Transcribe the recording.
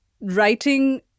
writing